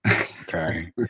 okay